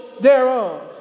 thereof